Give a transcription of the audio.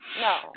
No